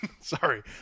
Sorry